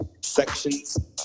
sections